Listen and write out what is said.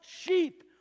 sheep